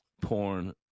porn